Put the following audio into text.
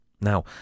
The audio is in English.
Now